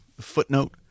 footnote